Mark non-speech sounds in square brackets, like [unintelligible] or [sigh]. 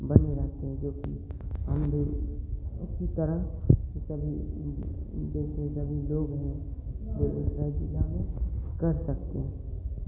बने रहते हैं जोकि [unintelligible] की तरह [unintelligible] सभी दूसरे सभी लोग हैं बेगूसराय ज़िला में कर सकते हैं